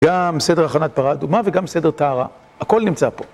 גם סדר הכנת פרה אדומה וגם סדר טהרה, הכל נמצא פה.